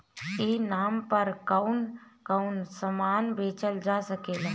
ई नाम पर कौन कौन समान बेचल जा सकेला?